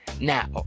Now